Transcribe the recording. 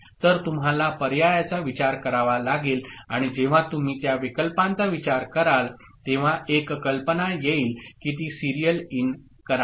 तर तुम्हाला पर्यायाचा विचार करावा लागेल आणि जेव्हा तुम्ही त्या विकल्पांचा विचार कराल तेव्हा एक कल्पना येईल की ती सिरीयल इन करा